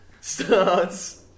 starts